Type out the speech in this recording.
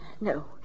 No